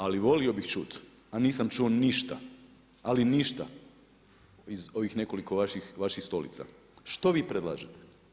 Ali volio bih čuti a nisam čuo ništa, ali ništa iz ovih nekoliko vaših stolica što vi predlažete?